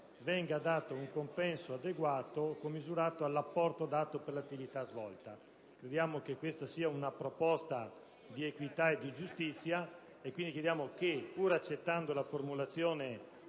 venga dato un compenso adeguato e commisurato all'apporto dato per l'attività svolta. Crediamo che questa sia una proposta di equità e di giustizia e, quindi, chiediamo che, pur accettando la formulazione